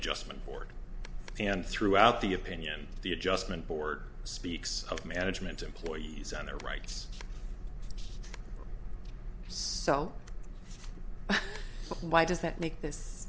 adjustment board and threw out the opinion the adjustment board speaks of management employees and their rights so why does that make this